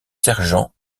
sergents